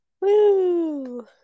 Woo